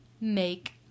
make